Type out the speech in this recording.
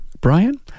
Brian